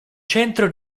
centro